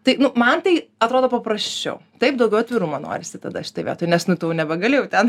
tai man tai atrodo paprasčiau taip daugiau atvirumo norisi tada šitoj vietoj nes nu tu jau nebegali jau ten